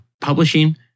publishing